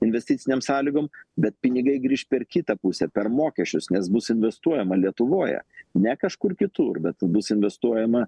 investicinėm sąlygom bet pinigai grįš per kitą pusę per mokesčius nes bus investuojama lietuvoje ne kažkur kitur bet bus investuojama